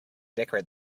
decorate